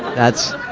that's,